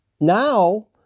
Now